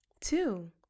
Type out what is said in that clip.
Two